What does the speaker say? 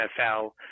nfl